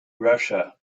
russia